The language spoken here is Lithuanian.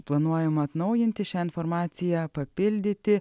planuojama atnaujinti šią informaciją papildyti